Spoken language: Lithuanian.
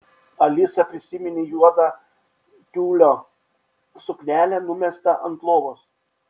alisa prisiminė juodą tiulio suknelę numestą ant lovos